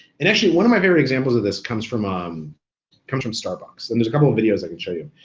and actually one of my favorite examples of this comes from um comes from starbucks, and there's a couple of videos i could show you.